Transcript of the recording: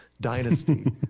dynasty